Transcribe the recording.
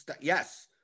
Yes